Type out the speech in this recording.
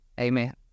amen